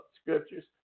scriptures